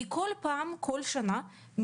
בכל שנה,